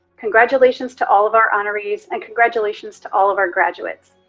congratulations to all of our honorees and congratulations to all of our graduates!